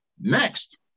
Next